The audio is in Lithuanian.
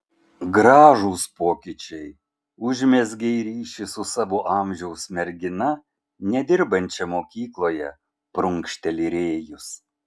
gražūs pokyčiai užmezgei ryšį su savo amžiaus mergina nedirbančia mokykloje prunkšteli rėjus